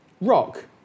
rock